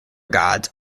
gods